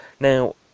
Now